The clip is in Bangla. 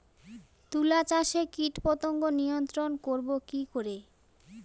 তুলা চাষে কীটপতঙ্গ নিয়ন্ত্রণর করব কি করে?